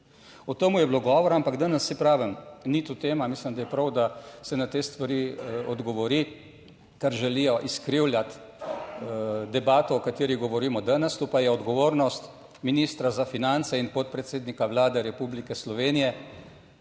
O tem je bilo govora, ampak danes, saj pravim, ni to tema. Mislim, da je prav, da se na te stvari odgovori, ker želijo izkrivljati debato, o kateri govorimo danes, to pa je odgovornost ministra za finance in podpredsednika Vlade Republike Slovenije,